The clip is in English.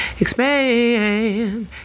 expand